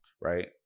right